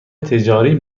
تجاری